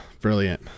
Brilliant